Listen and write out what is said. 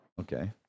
Okay